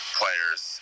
players